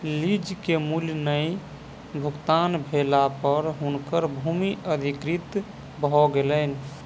lease के मूल्य नै भुगतान भेला पर हुनकर भूमि अधिकृत भ गेलैन